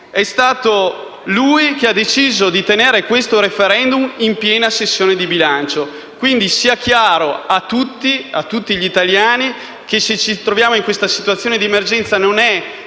È stato lui che ha deciso di tenere il *referendum* in piena sessione di bilancio. Sia chiaro, quindi, a tutti gli italiani che, se ci troviamo in questa situazione di emergenza, non è